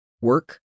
work